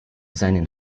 seinen